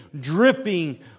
dripping